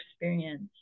experience